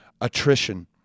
attrition